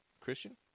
Christian